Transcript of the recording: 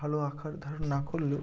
ভালো আকার ধারণ না করলেও